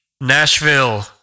Nashville